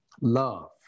love